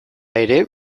ere